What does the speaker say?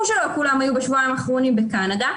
שלא כולם היו בשבועיים האחרונים בקנדה.